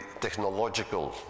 technological